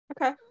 okay